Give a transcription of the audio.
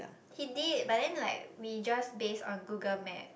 he did but then like we just base on Google-Map